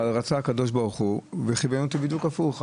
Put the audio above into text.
אבל רצה הקדוש ברוך הוא וכיוון אותי בדיוק הפוך.